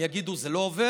הם יגידו: זה לא עובד,